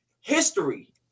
History